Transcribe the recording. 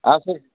ଆଉ ସେ